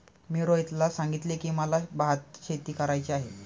मी रोहितला सांगितले की, मला भातशेती करायची आहे